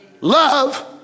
love